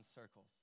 circles